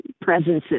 presences